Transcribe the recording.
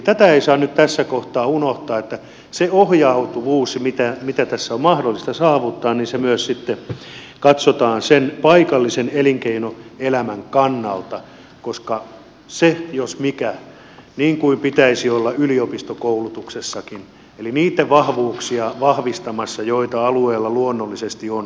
tätä ei saa nyt tässä kohtaa unohtaa että se ohjautuvuus mitä tässä on mahdollista saavuttaa myös sitten katsotaan sen paikallinen elinkeinoelämän kannalta koska sen jos minkä pitäisi olla niin kuin yliopistokoulutuksessakin niitä vahvuuksia vahvistamassa joita alueella luonnollisesti on